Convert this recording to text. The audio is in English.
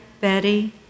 Betty